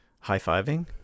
High-fiving